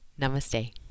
Namaste